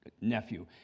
nephew